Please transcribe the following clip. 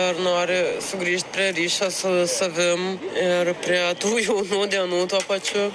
ir nori sugrįžt prie ryšio su savim ir prie tų jaunų dienų tuo pačiu